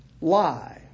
lie